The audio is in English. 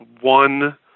one